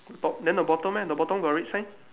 top then the bottom leh the bottom got red sign